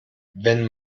wenn